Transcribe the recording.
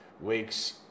weeks